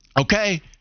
Okay